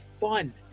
fun